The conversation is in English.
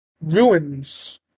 ruins